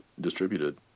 distributed